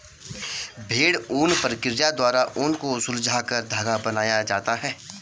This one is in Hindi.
भेड़ ऊन प्रक्रिया द्वारा ऊन को सुलझाकर धागा बनाया जाता है